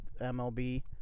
MLB